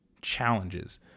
challenges